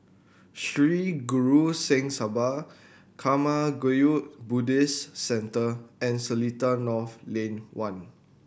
Sri Guru Singh Sabha Karma Kagyud Buddhist Centre and Seletar North Lane One